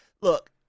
look